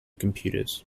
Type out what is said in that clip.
computers